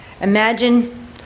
Imagine